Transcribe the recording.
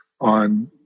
on